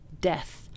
death